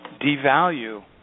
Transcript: devalue